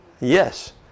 Yes